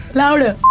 louder